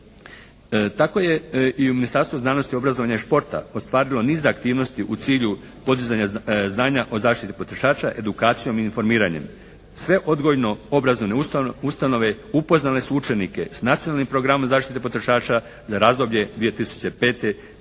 Tako je i u Ministarstvu znanosti, obrazovanja i športa ostvarilo niz aktivnosti u cilju podizanja znanja o zaštiti potrošača, edukacijom i informiranjem. Sve odgojno obrazovne ustanove upoznale su učenike s Nacionalnim programom zaštite potrošača za razdoblje 2005./2006.